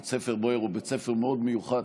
בית ספר בויאר הוא בית ספר מאוד מיוחד,